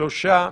שלושה.